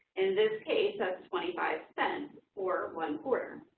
in this case that's twenty five cents or one quarter.